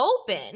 open